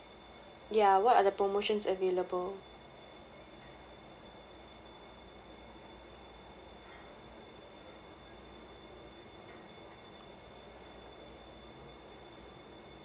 ya what are the promotions available